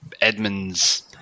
Edmunds